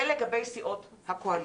זה לגבי סיעות הקואליציה.